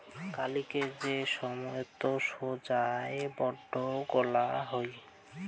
কালিকের যে সময়ত সোগায় বন্ড গুলা হই